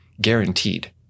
guaranteed